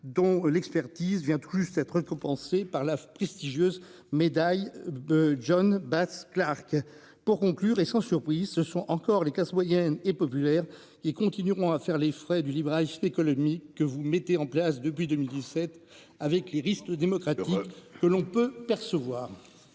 dont l'expertise vient de plus être. Par la prestigieuse médaille de John Bates Clark pour conclure et sans surprise, ce sont encore les classes moyennes et populaires. Ils continueront à faire les frais du libéralisme économique que vous mettez en place depuis 2017 avec les risques démocratique que l'on peut percevoir.